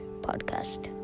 podcast